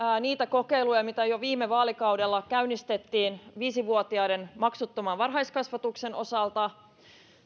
niitä kokeiluja mitä jo viime vaalikaudella käynnistettiin viisi vuotiaiden maksuttoman varhaiskasvatuksen osalta